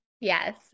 Yes